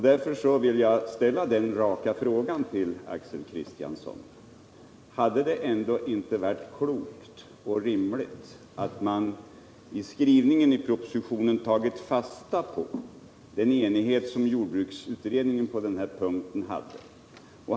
Därför vill jag ställa den raka frågan till honom: Hade det ändå inte varit klokt och rimligt att man i skrivningen i propositionen tagit fasta på den enighet som rådde i jordbruksutredningen på den här punkten?